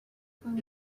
going